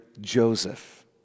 Joseph